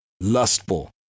Lustful